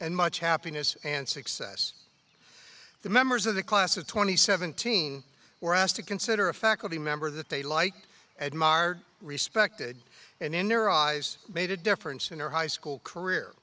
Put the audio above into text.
and much happiness and success the members of the class of twenty seventeen were asked to consider a faculty member that they liked edmar respected and in their eyes made a difference in their high school career